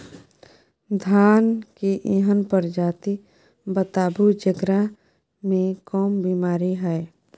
धान के एहन प्रजाति बताबू जेकरा मे कम बीमारी हैय?